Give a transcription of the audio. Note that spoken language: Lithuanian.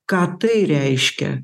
ką tai reiškia